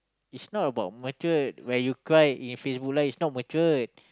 is not about matured when you cry in Facebook Live is not matured